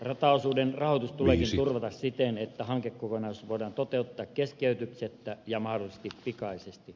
rataosuuden rahoitus tuleekin turvata siten että hankekokonaisuus voidaan toteuttaa keskeytyksettä ja mahdollisesti pikaisesti